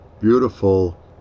Beautiful